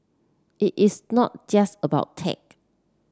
it is not just about tech